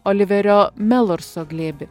oliverio melurso glėbį